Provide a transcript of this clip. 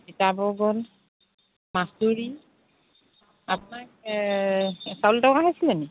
gold আপোনাক চাউল দৰকাৰ হৈছিলে নি